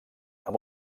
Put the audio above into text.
amb